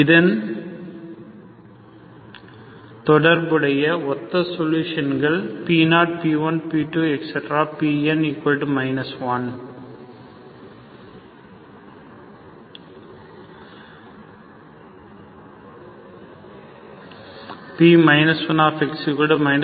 இதன் தொடர்புடைய ஒத்த சொலுஷன்கள் P0 P1 P2Pn 1